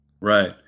Right